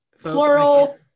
Plural